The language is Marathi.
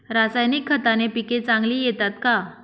रासायनिक खताने पिके चांगली येतात का?